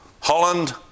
Holland